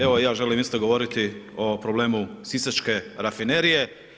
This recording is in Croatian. Evo i ja želim isto govoriti o problemu sisačke rafinerije.